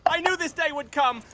i knew this day would come.